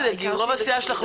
הרוויזיה?